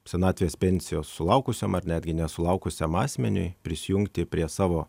senatvės pensijos sulaukusiam ar netgi nesulaukusiam asmeniui prisijungti prie savo